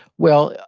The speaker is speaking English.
well, yeah